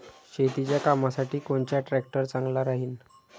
शेतीच्या कामासाठी कोनचा ट्रॅक्टर चांगला राहीन?